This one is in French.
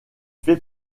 fait